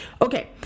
Okay